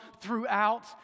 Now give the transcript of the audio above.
throughout